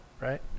right